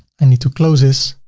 i need to close this